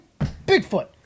bigfoot